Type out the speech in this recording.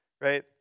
Right